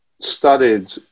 studied